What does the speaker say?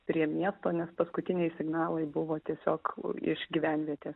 prie miesto nes paskutiniai signalai buvo tiesiog iš gyvenvietės